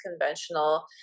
conventional